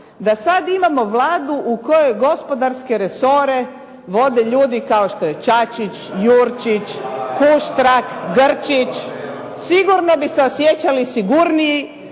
da sada imamo Vladu u kojoj gospodarske resore vode ljudi kao što je Čačić, Jurčićč, Huštrak, Grčić. Sigurno bi se osjećali sigurniji